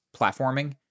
platforming